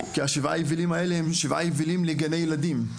כי השבעה יבילים האלה הם שבעה יבילים לגני ילדים.